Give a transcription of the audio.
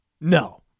No